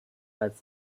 als